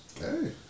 Hey